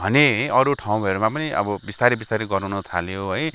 भने अरू ठाउँहरूमा पनि अब बिस्तारै बिस्तारै गराउँन थाल्यो है